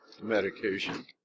medication